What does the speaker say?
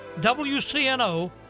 WCNO